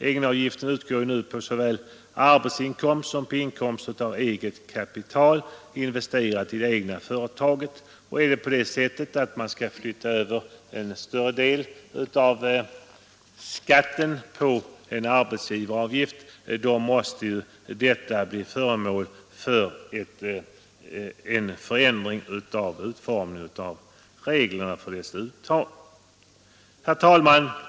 Egenavgiften utgår för närvarande på såväl arbetsinkomst som på inkomst av eget kapital, investerat i det egna företaget. Om man avser att flytta över en större del av skatten till en arbetsgivaravgift, måste det bli en ändring av reglerna för avgiftens uttagande. Fru talman!